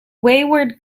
wayward